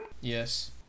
Yes